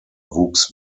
wuchs